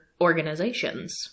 organizations